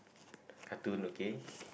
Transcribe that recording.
cartoon okay